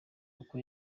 uko